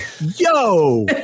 yo